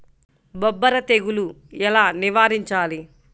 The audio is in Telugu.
బొబ్బర తెగులు ఎలా నివారించాలి?